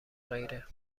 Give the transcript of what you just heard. غیره